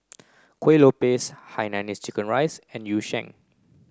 Kuih Lopes Hainanese Curry Rice and Yu Sheng